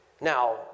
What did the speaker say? Now